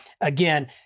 again